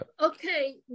Okay